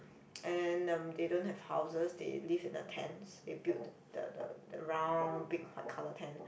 and then um they don't have houses they live in a tents they build the the the round big white colour tent